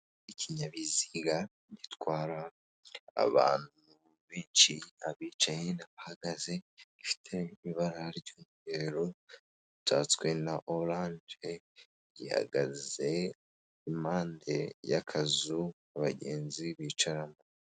Ikinyabiziga gitwara abantu benshi abicayeyi n'abahagaze gifite ibara ry'umweru gitatswe na oranje gihagaze impande y'akazu abagenzi bicaramo.